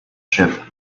ship